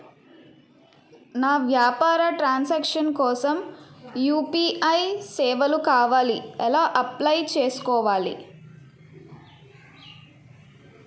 నా వ్యాపార transaction కోసం యు.పి.ఐ సేవలు కావాలి ఎలా అప్లయ్ చేసుకోవాలి?